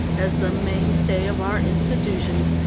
as the mainstay of our institutions,